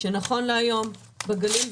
שנכון להיום בגליל,